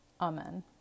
Amen